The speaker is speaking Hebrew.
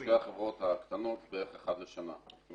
בשתי החברות הקטנות, בערך אחד לשנה.